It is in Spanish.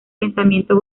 pensamiento